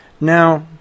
Now